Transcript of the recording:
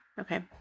Okay